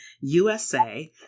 USA